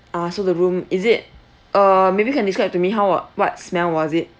ah so the room is it uh maybe can describe to me how wha~ what smell was it